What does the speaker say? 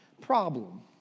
problem